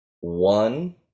One